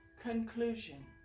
Conclusion